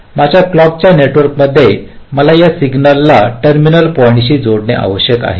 माझ्या क्लॉक च्या नेटवर्क मध्ये मला या सिग्नल ला या टर्मिनल पॉईंट्सशी जोडणे आवश्यक आहे